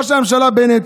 ראש הממשלה בנט,